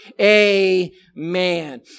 amen